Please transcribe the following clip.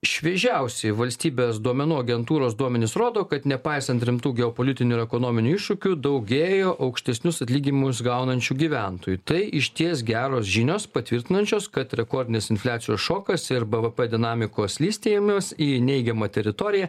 šviežiausi valstybės duomenų agentūros duomenys rodo kad nepaisant rimtų geopolitinių ir ekonominių iššūkių daugėjo aukštesnius atlyginimus gaunančių gyventojų tai išties geros žinios patvirtinančios kad rekordinis infliacijos šokas ir bvp dinamikos slystėjimas į neigiamą teritoriją